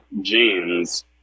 jeans